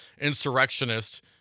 insurrectionist